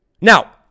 Now